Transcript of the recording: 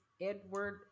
Edward